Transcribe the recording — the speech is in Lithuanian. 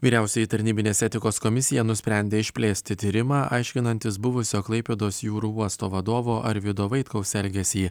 vyriausioji tarnybinės etikos komisija nusprendė išplėsti tyrimą aiškinantis buvusio klaipėdos jūrų uosto vadovo arvydo vaitkaus elgesį